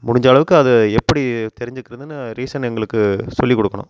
முடிஞ்சளவுக்கு அதை எப்படி தெரிஞ்சுக்கிறதுன்னு ரீசன் எங்களுக்கு சொல்லி கொடுக்கணும்